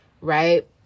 right